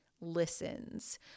listens